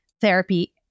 therapy